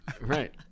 Right